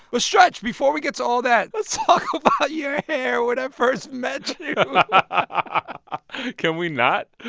well, stretch, before we get to all that, let's talk about your hair when i first met ah you can we not?